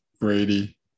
Brady